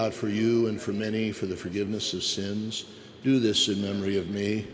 out for you and for many for the forgiveness of sins do this in memory of me